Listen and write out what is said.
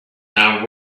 now